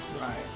Right